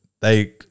they-